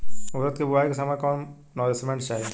उरद के बुआई के समय कौन नौरिश्मेंट चाही?